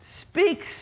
speaks